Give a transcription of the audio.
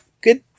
good